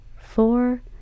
Four